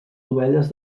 dovelles